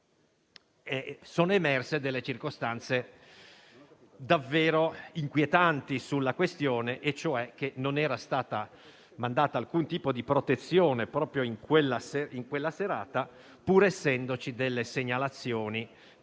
sono emerse circostanze davvero inquietanti sulla questione, cioè che non era stato mandato alcun tipo di protezione proprio in quella serata, pur essendovi state delle segnalazioni